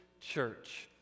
church